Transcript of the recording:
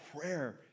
prayer